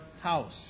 house